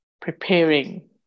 preparing